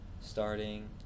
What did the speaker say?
starting